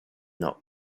not